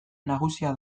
nagusia